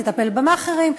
לטפל במאכערים,